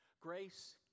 Grace